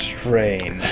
strain